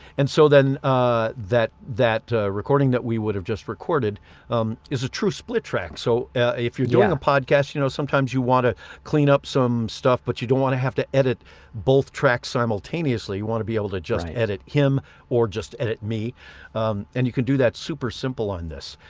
and so then ah that that recording that we would have just recorded is a true split track so if you're doing a podcast you know sometimes you want to clean up some stuff but you don't want to have to edit both tracks simultaneously you want to be able to just edit him or just edit me and you can do that super simple on this